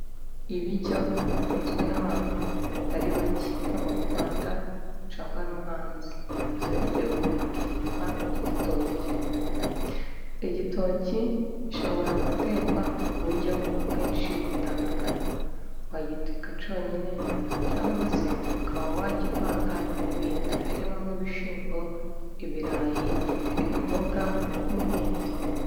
Ibiryo bikunzwe n'abantu batari bake, haba mu Rwanda ndetse no hanze. Ibyo biryo byitwa igitoki, igitoki gishobora gutekwa ku buryo bwinshi butandukanye, wagiteka cyonyine, cyangwa se ukaba wakivanga n'ibindi, harimo: nk'ibishyimbo, ibirayi, imboga, n'ibindi.